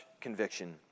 conviction